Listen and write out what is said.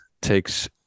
takes